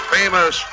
famous